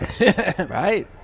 Right